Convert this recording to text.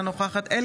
אינה נוכחת דני